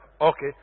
Okay